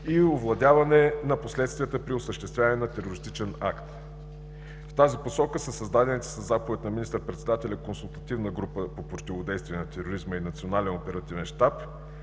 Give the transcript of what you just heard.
и овладяване на последствията при осъществяване на терористичен акт. В тази посока са създадените със заповед на министър-председателя Консултативна група по противодействие на тероризма и